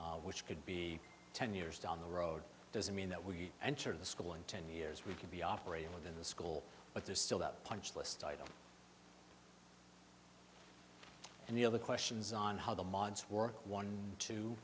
eight which could be ten years down the road doesn't mean that we enter the school in ten years we could be operating within the school but there's still the punch list item and the other questions on how the minds work one t